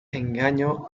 engaño